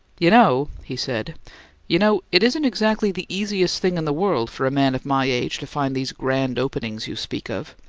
you know, he said you know it isn't exactly the easiest thing in the world for a man of my age to find these grand openings you speak of.